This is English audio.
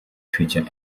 future